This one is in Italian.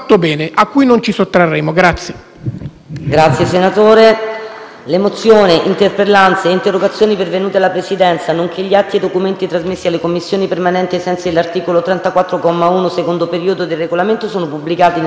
finestra"). Le mozioni, le interpellanze e le interrogazioni pervenute alla Presidenza, nonché gli atti e i documenti trasmessi alle Commissioni permanenti ai sensi dell'articolo 34, comma 1, secondo periodo, del Regolamento sono pubblicati nell'allegato B al Resoconto della seduta odierna.